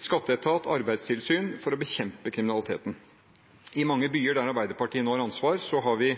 skatteetat og arbeidstilsyn for å bekjempe kriminaliteten. I mange byer der Arbeiderpartiet nå har ansvar, har vi